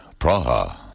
Praha